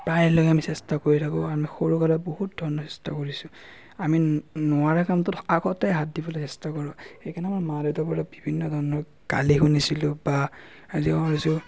প্ৰায়বিলাক আমি চেষ্টা কৰি থাকোঁ আমি সৰুকালত বহুত ধৰণৰ চেষ্টা কৰিছোঁ আমি নোৱাৰা কামটোত আগতে হাত দিবলৈ চেষ্টা কৰোঁ সেইকাৰণে আমাৰ মা দেউতাৰ পৰা বিভিন্ন ধৰণৰ গালি শুনিছিলোঁ বা আজিও শুনিছোঁ